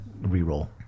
reroll